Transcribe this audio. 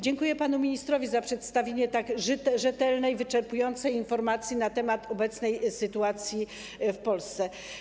Dziękuję panu ministrowi za przedstawienie tak rzetelnej, wyczerpującej informacji na temat obecnej sytuacji w Polsce.